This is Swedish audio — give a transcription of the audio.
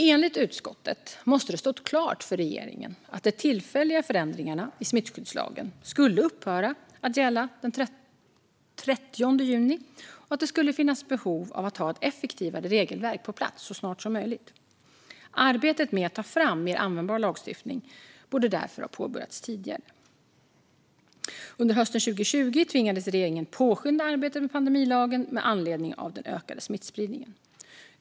Enligt utskottet måste det ha stått klart för regeringen att de tillfälliga förändringarna i smittskyddslagen skulle upphöra att gälla den 30 juni och att det skulle kunna finnas behov av att ha ett effektivare regelverk på plats så snart som möjligt. Arbetet med att ta fram mer användbar lagstiftning borde därför ha påbörjats tidigare. Under hösten 2020 tvingades regeringen påskynda arbetet med pandemilagen med anledning av den ökade smittspridningen.